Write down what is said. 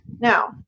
Now